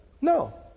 No